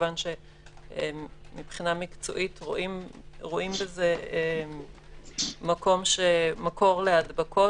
מכיוון שמבחינה מקצועית רואים בזה מקור להדבקות